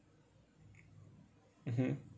mmhmm